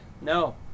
No